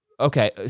Okay